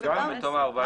גם בתום ה-14 ימים.